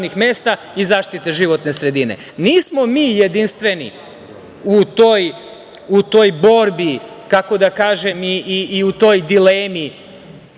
i zaštite životne sredine. Nismo mi jedinstveni u toj borbi, kako da kažem, i u toj dilemi